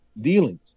Dealings